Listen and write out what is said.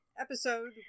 Episode